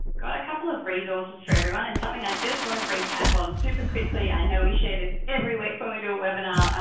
got a couple of resources for everyone and something i just want to recap on super quickly. i know we share this every week when we do a webinar,